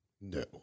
No